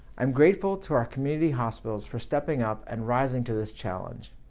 i'm grateful to our community hospitals for stepping up and rising to this challenge,